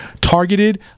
targeted